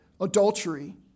adultery